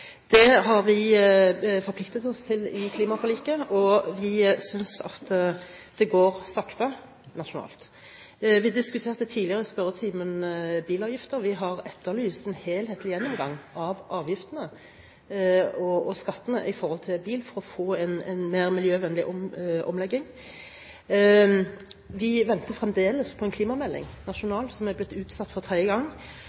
Det har vi forpliktet oss til i klimaforliket, og vi synes at det går sakte nasjonalt. Vi diskuterte bilavgifter tidligere i spørretimen. Vi har etterlyst en helhetlig gjennomgang av avgiftene og skattene i forhold til bil for å få en mer miljøvennlig omlegging. Vi venter fremdeles på en klimamelding